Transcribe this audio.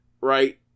Right